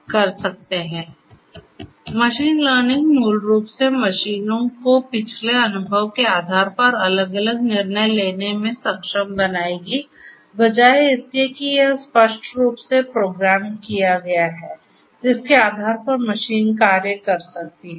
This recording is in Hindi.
इसलिए मशीन लर्निंग मूल रूप से मशीनों को पिछले अनुभव के आधार पर अलग अलग निर्णय लेने में सक्षम बनाएगी बजाय इसके कि यह स्पष्ट रूप से प्रोग्राम किया गया है जिसके आधार पर मशीन कार्य कर सकती है